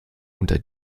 unter